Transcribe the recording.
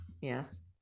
yes